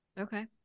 Okay